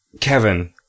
Kevin